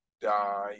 die